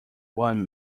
one